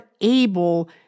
able